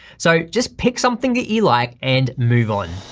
so just pick something that you like and move on.